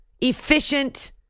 efficient